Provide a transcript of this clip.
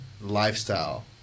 lifestyle